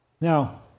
Now